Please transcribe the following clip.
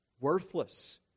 worthless